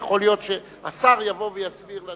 יכול להיות שהשר יבוא ויסביר לנו.